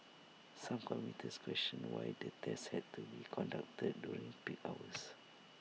some commuters questioned why the tests had to be conducted during peak hours